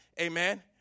Amen